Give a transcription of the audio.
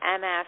MS